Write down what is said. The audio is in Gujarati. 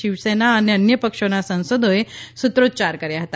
શિવસેના અને અન્ય પક્ષોના સાંસદોએ સૂત્રોચ્યાર કર્યા હતા